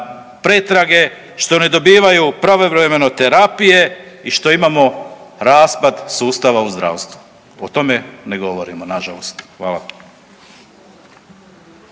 pretrage, što ne dobivaju pravovremeno terapije i što imamo raspad sustava u zdravstvu. O tome ne govorimo nažalost. Hvala.